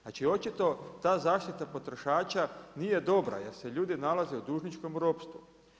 Znači očito ta zaštita potrošača nije dobra jer se ljudi nalaze u dužničkom ropstvu.